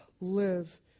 live